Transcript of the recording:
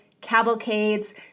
Cavalcades